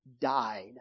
died